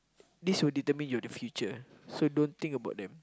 this will determine your the future so don't think about them